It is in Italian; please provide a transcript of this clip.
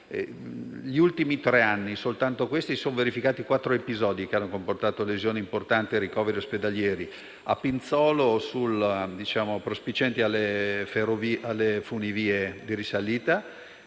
Negli ultimi tre anni si sono verificati quattro episodi che hanno comportato lesioni importanti e ricoveri ospedalieri: a Pinzolo, in prossimità delle funivie di risalita;